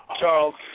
Charles